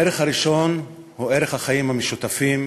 הערך הראשון הוא ערך החיים המשותפים,